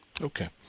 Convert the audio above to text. Okay